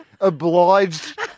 obliged